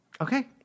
Okay